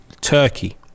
Turkey